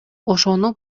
ошону